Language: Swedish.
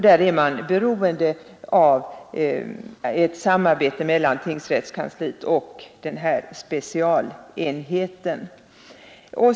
Där är man beroende av ett samarbete mellan tingsrättskansliet och denna specialenhet.